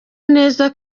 neza